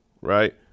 right